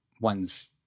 one's